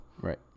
Right